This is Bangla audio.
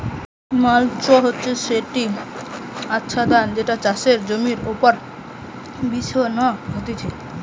মাল্চ হচ্ছে সেটি আচ্ছাদন যেটা চাষের জমির ওপর বিছানো হতিছে